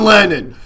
Lennon